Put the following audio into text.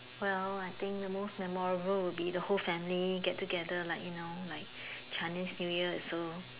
well I think the most memorable would be the whole family get together like you know like Chinese new year is so